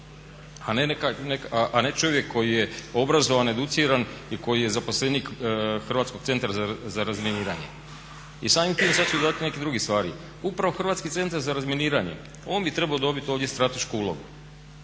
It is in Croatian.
a ne čovjek koji je obrazovan, educiran i koji je zaposlenik Hrvatskog centra za razminiranje. I samim time sada su i …/Govornik se ne razumije./… i neke druge stvari. Upravo Hrvatski centar za razminiranje, on bi trebao dobiti ovdje stratešku ulogu.